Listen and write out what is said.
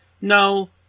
no